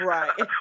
Right